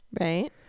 right